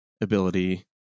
ability